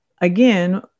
again